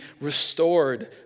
restored